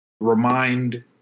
remind